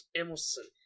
Emerson